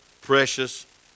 precious